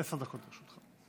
אדוני, עשר דקות לרשותך.